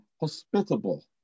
Hospitable